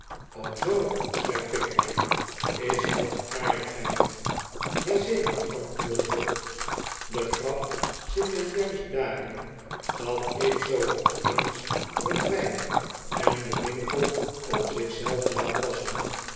zoo zei pickwick is dat de aardigheid ja zeker antwoordde bob de grap zit hem juist daarin dat ik zoo opeens verdwijn en den winkel op zich zelf laat passen